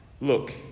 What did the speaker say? Look